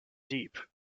deep